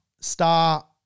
Star